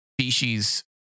species